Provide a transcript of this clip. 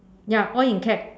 ya all in caps